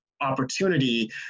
opportunity